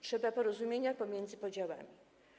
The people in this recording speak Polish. Trzeba porozumienia pomiędzy podziałami.